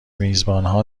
میزبانها